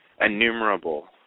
innumerable